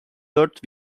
dört